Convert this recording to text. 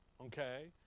Okay